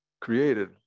created